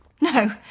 No